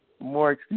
more